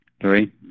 Three